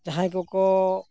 ᱡᱟᱦᱟᱸᱭ ᱠᱚᱠᱚ